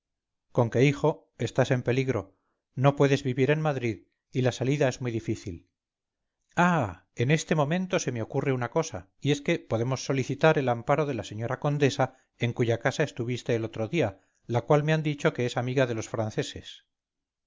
guerra conque hijo estás en peligro no puedes vivir en madrid y la salida es muy difícil ah en este momento se me ocurre una cosa y es que podemos solicitar el amparo de la señora condesa en cuya casa estuviste el otro día la cual me han dicho que es amiga de los franceses